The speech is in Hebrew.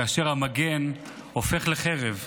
כאשר המגן הופך לחרב?